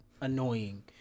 annoying